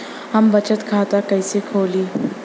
हम बचत खाता कइसे खोलीं?